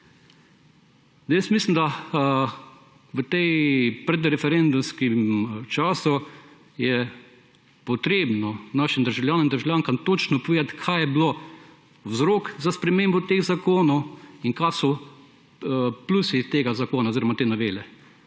Mislim, da v tem predreferendumskem času je treba našim državljanom in državljankam točno povedati, kaj je bil vzrok za spremembo teh zakonov in kaj so plusi tega zakona oziroma te novele,